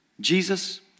Jesus